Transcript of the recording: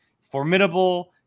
formidable